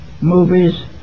movies